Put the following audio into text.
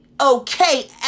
okay